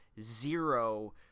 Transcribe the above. zero